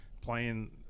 playing